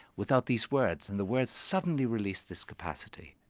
without these words. and the words suddenly release this capacity.